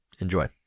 Enjoy